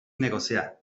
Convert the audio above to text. negociar